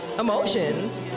Emotions